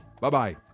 Bye-bye